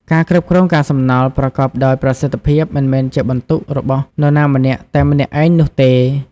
ការគ្រប់គ្រងកាកសំណល់ប្រកបដោយប្រសិទ្ធភាព មិនមែនជាបន្ទុករបស់នរណាម្នាក់តែម្នាក់ឯងនោះទេ។